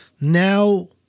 Now